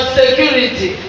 security